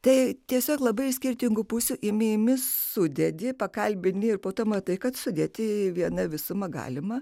tai tiesiog labai skirtingų pusių imi imi sudedi pakalbini ir po to matai kad sudėti viena visuma galima